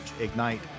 ignite